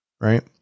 Right